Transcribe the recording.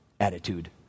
attitude